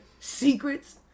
Secrets